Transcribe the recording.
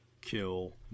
kill